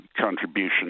contribution